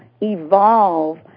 evolve